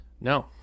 no